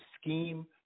scheme